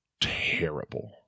terrible